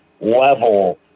level